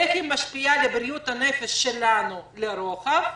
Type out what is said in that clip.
איך היא משפיעה על בריאות הנפש שלנו לרוחב?